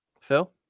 Phil